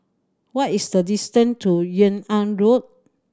what is the distance to Yung An Road